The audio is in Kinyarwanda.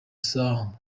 saha